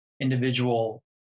individual